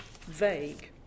vague